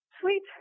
Sweet